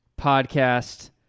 podcast